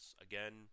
Again